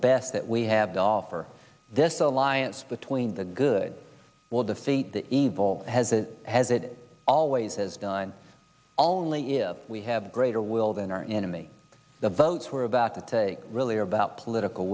best that we have to offer this alliance between the good will defeat the evil has a has it always has done all only if we have greater will than our enemy the votes were about that really are about political